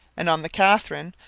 and on the catherine,